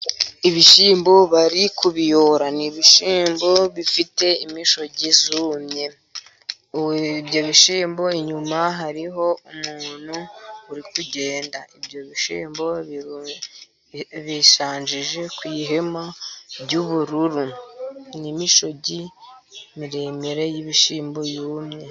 Ibishyimbo bari kubiyora, ni ibishyimbo bifite imishogi yumye, ibyo bishyimbo inyuma hariho umuntu uri kugenda, ibyo bishyimbo bisanjije ku ihema ry'ubururu, ni imishogi miremire y'ibishyimbo yumye.